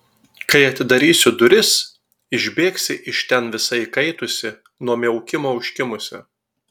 kai atidarysiu duris išbėgsi iš ten visa įkaitusi nuo miaukimo užkimusi